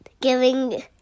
Giving